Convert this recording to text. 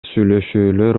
сүйлөшүүлөр